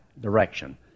direction